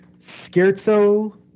scherzo